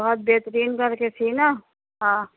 بہت بہترین کر کے تھی نا ہاں